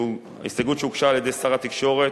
ההסתייגות שהוגשה על-ידי שר התקשורת